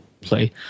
play